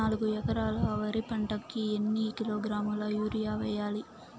నాలుగు ఎకరాలు వరి పంటకి ఎన్ని కిలోగ్రాముల యూరియ వేయాలి?